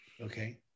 okay